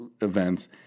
events